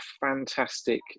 fantastic